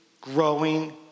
growing